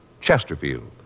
Chesterfield